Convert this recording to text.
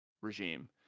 regime